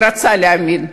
רוצה להאמין,